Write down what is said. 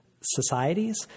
societies